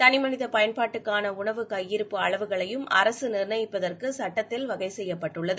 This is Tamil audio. தனி மனித பயன்பாட்டுக்கான உணவு கையிருப்பு அளவுகளையும் அரசு நிர்ணயிப்பதற்கு சட்டத்தில் வகைசெய்யப்பட்டுள்ளது